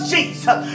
Jesus